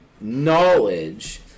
knowledge